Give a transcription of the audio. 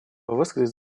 высказать